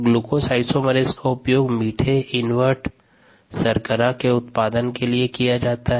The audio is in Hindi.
ग्लूकोज आइसोमेरेस का उपयोग मीठे इन्वर्ट शर्करा के उत्पादन के लिए किया जाता है